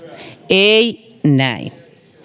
ei näin